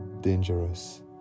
dangerous